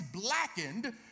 blackened